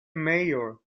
mayor